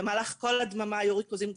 במהלך כל ההדממה היו ריכוזים גבוהים.